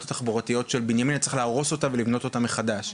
התחבורתיות של בנימינה צריך "..להרוס אותה ולבנות אותה מחדש..".